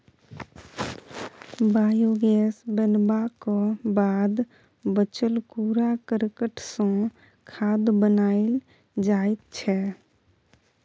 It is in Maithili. बायोगैस बनबाक बाद बचल कुरा करकट सँ खाद बनाएल जाइ छै